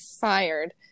fired